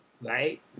Right